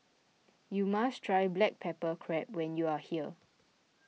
you must try Black Pepper Crab when you are here